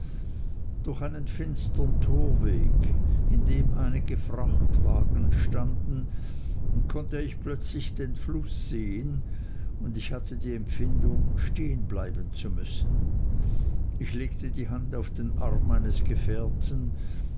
durch einen finstern torweg in dem einige frachtwagen standen konnte ich plötzlich den fluß sehen und ich hatte die empfindung stehen bleiben zu müssen ich legte die hand auf den arm meines gefährten